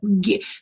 get